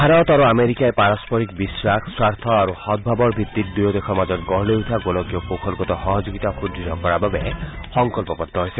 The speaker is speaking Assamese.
ভাৰত আৰু আমেৰিকাই পাৰস্পৰিক বিখাস স্বাৰ্থ আৰু সদ্ভাৱৰ ভিত্তিত দুয়ো দেশৰ মাজত গঢ় লৈ উঠা গোলকীয় কৌশলগত সহযোগিতা সুদ্য় কৰাৰ বাবে সংকল্পৱদ্ধ হৈছে